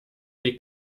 die